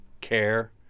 care